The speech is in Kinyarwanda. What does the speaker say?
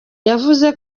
yavuze